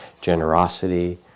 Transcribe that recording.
generosity